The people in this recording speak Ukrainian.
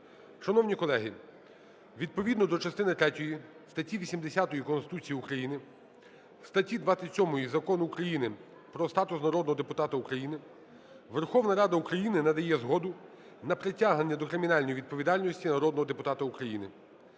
Шановні колеги, відповідно до частини третьої статті 80 Конституції України, статті 27 Закону України "Про статус народного депутата України" Верховна Рада України надає згоду на притягнення до кримінальної відповідальності народного депутата України.